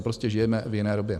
Prostě žijeme v jiné době.